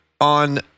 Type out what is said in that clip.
on